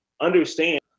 Understand